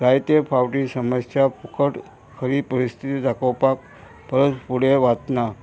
जायते फावटी समस्या फुकट खरी परिस्थिती दाखोवपाक परस फुडें वाचना